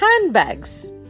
handbags